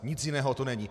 Nic jiného to není.